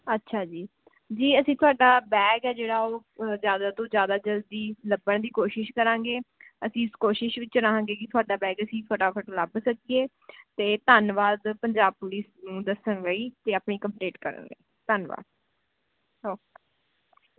ਅੱਛਾ ਜੀ ਜੀ ਅਸੀਂ ਤੁਹਾਡਾ ਬੈਗ ਹੈ ਜਿਹੜਾ ਉਹ ਜ਼ਿਆਦਾ ਤੋਂ ਜ਼ਿਆਦਾ ਜਲਦੀ ਲੱਭਣ ਦੀ ਕੋਸ਼ਿਸ਼ ਕਰਾਂਗੇ ਅਸੀਂ ਇਸ ਕੋਸ਼ਿਸ਼ ਵਿੱਚ ਰਹਾਂਗੇ ਕਿ ਤੁਹਾਡਾ ਬੈਗ ਅਸੀਂ ਫਟਾਫਟ ਲੱਭ ਸਕੀਏ ਅਤੇ ਧੰਨਵਾਦ ਪੰਜਾਬ ਪੁਲਿਸ ਨੂੰ ਦੱਸਣ ਲਈ ਅਤੇ ਆਪਣੀ ਕੰਮਪਲੇਟ ਕਰਨ ਲਈ ਧੰਨਵਾਦ ਓਕੇ